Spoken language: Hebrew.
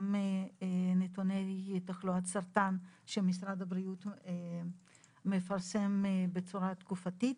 גם נתוני תחלואת סרטן שמשרד הבריאות מפרסם בצורה תקופתית.